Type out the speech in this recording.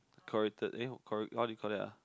corrected eh what do you call that ah